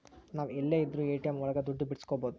ನಾವ್ ಎಲ್ಲೆ ಇದ್ರೂ ಎ.ಟಿ.ಎಂ ಒಳಗ ದುಡ್ಡು ಬಿಡ್ಸ್ಕೊಬೋದು